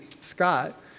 Scott